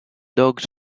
dogs